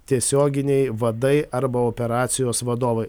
tiesioginiai vadai arba operacijos vadovai